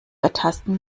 ertasten